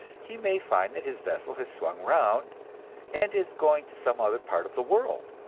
he may find that his vessel has swung around and is going to some other part of the world.